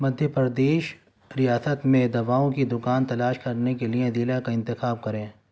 مدھیہ پردیش ریاست میں دواؤں کی دکان تلاش کرنے کے لیے ضلع کا انتخاب کریں